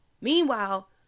Meanwhile